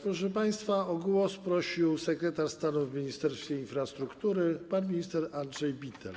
Proszę państwa, o głos poprosił sekretarz stanu w Ministerstwie Infrastruktury pan minister Andrzej Bittel.